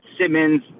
Simmons